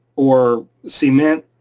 or cement.